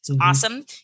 awesome